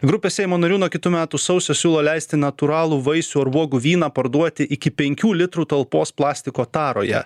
grupė seimo narių nuo kitų metų sausio siūlo leisti natūralų vaisių ar uogų vyną parduoti iki penkių litrų talpos plastiko taroje